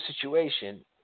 situation